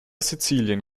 sizilien